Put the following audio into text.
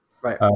right